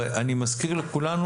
אני מזכיר לכולנו,